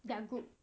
their group